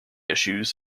issues